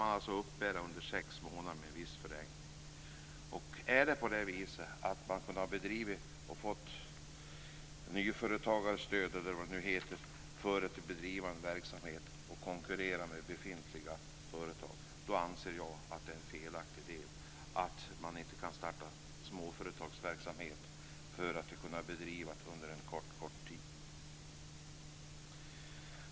Bidrag kan uppbäras under sex månader, med viss förlängning. Om det är så att man kan få nyföretagarstöd, eller vad det nu heter, för att driva en verksamhet och konkurrera med befintliga företag, anser jag att det är felaktigt att man inte kan starta småföretagsverksamhet för att driva den under en mycket kort tid.